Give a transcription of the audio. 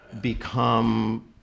become